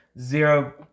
zero